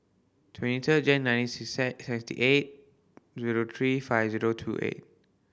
twenty third Jane nine sixty eight zero three five zero two eight